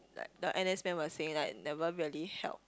like the N_S men were saying like never really help